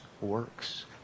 works